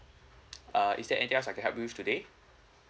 uh is there anything else I can help you with today